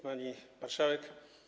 Pani Marszałek!